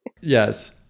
Yes